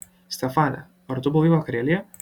stefane ar tu buvai vakarėlyje